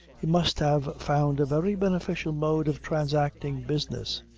he must have found a very beneficial mode of transacting business.